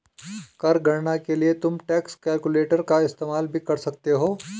कर गणना के लिए तुम टैक्स कैलकुलेटर का इस्तेमाल भी कर सकते हो